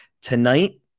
tonight